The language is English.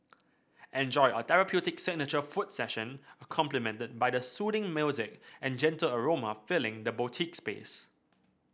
enjoy a therapeutic signature foot session complimented by the soothing music and gentle aroma filling the boutique space